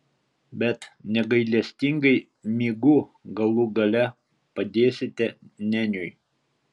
bet negailestingai mygu galų gale padėsite nėniui